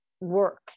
work